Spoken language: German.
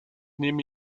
nehme